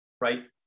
right